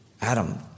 Adam